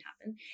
happen